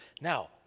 Now